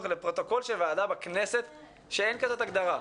לפרוטוקול של ועדה בכנסת שאין הגדרה כזאת.